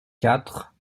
quatre